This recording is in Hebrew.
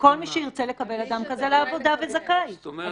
לכל מי שירצה לקבל אדם כזה לעבודה וזכאי לקבל מידע.